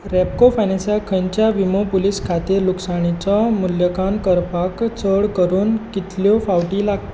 रॅपको फायनेन्साक खंयच्या विमो पुलीस खातीर लुकसाणिचो मुल्यखान करपाक चड करून कितल्यो फावटी लाग